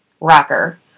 rocker